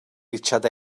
richard